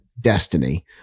destiny